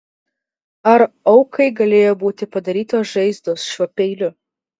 ar aukai galėjo būti padarytos žaizdos šiuo peiliu